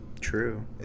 True